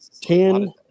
Ten